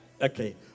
Okay